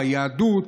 ביהדות,